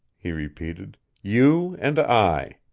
he repeated. you and i.